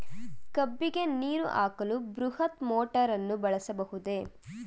ಕಬ್ಬಿಗೆ ನೀರು ಹಾಕಲು ಬೃಹತ್ ಮೋಟಾರನ್ನು ಬಳಸಬಹುದೇ?